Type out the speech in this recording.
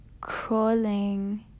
crawling